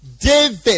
David